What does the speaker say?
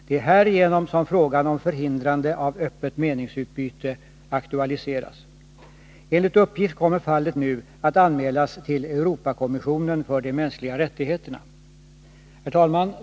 Det är härigenon som frågan om förhindrande av öppet meningsutbyte aktualiseras. Enligt uppgift kommer fallet nu att anmälas till Europakommissionen för de mänskliga rättigheterna. Herr talman!